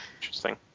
Interesting